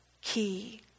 key